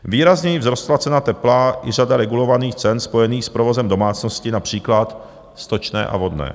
Výrazněji vzrostla cena tepla i řada regulovaných cen spojených s provozem domácnosti, například stočné a vodné.